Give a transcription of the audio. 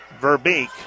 Verbeek